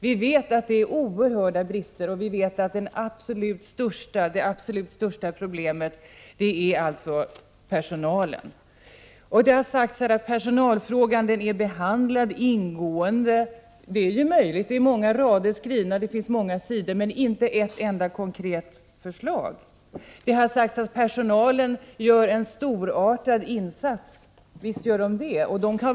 Vi vet att det råder oerhörda brister och att det absolut största problemet är personalbristen. Det har sagts här att personalfrågan har behandlats ingående. Det är möjligt. Många rader är skrivna och det finns många sidor men inte ett enda konkret förslag. Det har sagts att personalen gör en storartad insats. Ja, visst Prot. 1988/89:44 gör den det.